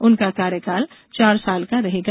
उनका कार्यकाल चार साल का रहेगा